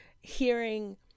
hearing